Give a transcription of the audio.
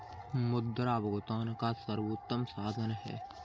मुद्रा भुगतान का सर्वोत्तम साधन है